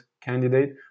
candidate